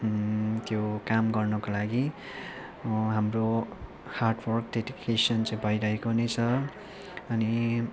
त्यो काम गर्नको लागि हाम्रो हार्ड वर्क डेडिकेसन चाहिँ भइरहेको छ अनि